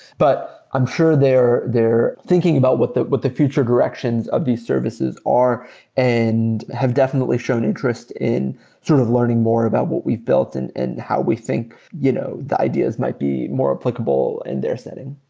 but i'm sure they're they're thinking about what the what the future directions of these services are and have definitely shown interest in sort of learning more about what we've built and how we think you know the ideas might be more applicable in their setting